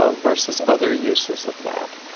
ah versus other uses of that.